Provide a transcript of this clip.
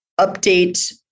update